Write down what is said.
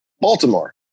Baltimore